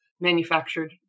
manufactured